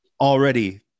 already